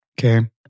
Okay